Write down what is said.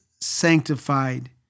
sanctified